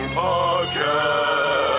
podcast